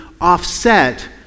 offset